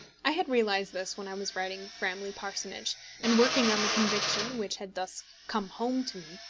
i had realised this when i was writing framley parsonage and working on the conviction which had thus come home to me,